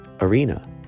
arena